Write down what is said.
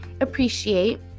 appreciate